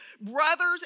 brothers